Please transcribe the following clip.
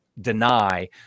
deny